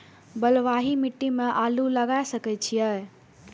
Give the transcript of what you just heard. बलवाही मिट्टी में आलू लागय सके छीये?